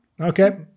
okay